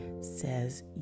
says